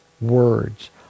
Words